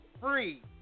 free